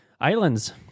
Islands